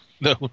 no